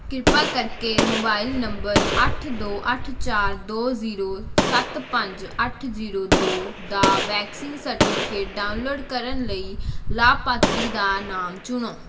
ਕਿਰਪਾ ਕਰਕੇ mobile number ਅੱਠ ਦੋ ਅੱਠ ਚਾਰ ਦੋ ਜ਼ੀਰੋ ਸੱਤ ਪੰਜ ਅੱਠ ਜ਼ੀਰੋ ਦੋ ਦਾ ਵੈਕਸੀਨ ਸਰਟੀਫਿਕੇਟ ਡਾਊਨਲੋਡ ਕਰਨ ਲਈ ਲਾਭਪਾਤਰੀ ਦਾ ਨਾਮ ਚੁਣੋ